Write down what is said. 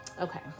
Okay